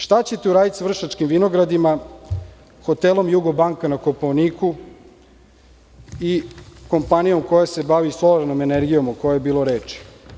Šta ćete uraditi sa „Vršačkim vinogradima“, hotelom „Jugobanka“ na Kopaoniku i kompanijom koja se bavi solarnom energijom o kojoj je bilo reči?